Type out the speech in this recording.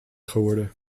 geworden